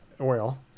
oil